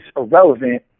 irrelevant